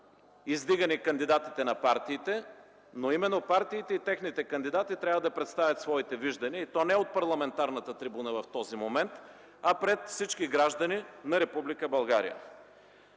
издигани кандидатите на партиите, но именно партиите и техните кандидати трябва да представят своите виждания, но не от парламентарната трибуна в този момент, а пред всички граждани на